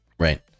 Right